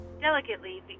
delicately